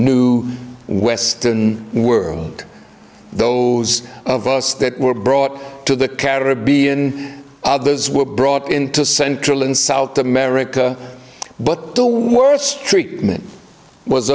new western world those of us that were brought to the caribbean others were brought into central and south america but the worse treatment was